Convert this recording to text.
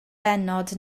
bennod